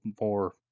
more